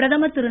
பிரதமர் திரு